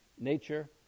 nature